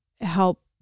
help